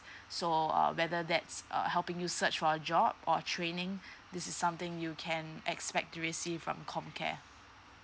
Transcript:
so uh whether that's err helping you search for a job or training this is something you can expect to receive from comcare